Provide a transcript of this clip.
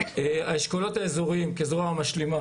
דגשים נוספים הם חיזוק האשכולות האזוריים כזרוע משלימה